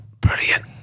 brilliant